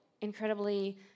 incredibly